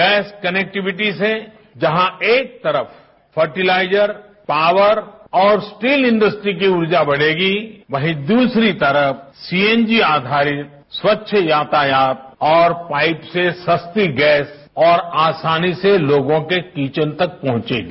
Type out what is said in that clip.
gas connectivity से जहां एक तरफ फर्टिलाइजर पावर और स्टील इंडस्ट्री की ऊर्जा बढ़ेगी वहीं दूसरी तरफ ब्छळ आधारित स्वच्छ यातायात और पाइप से सस्ती गैस और आसानी से लोगों के किचन तक पहुंचेगी